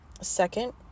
Second